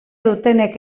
dutenek